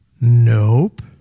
Nope